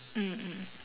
mm mm mm